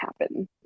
happen